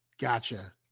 Gotcha